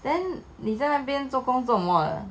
then 你在那边做工作做什么